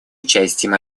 участием